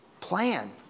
Plan